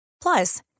Plus